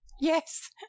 Yes